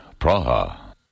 Praha